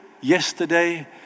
yesterday